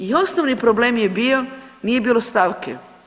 I osnovni problem je bio, nije bilo stavke.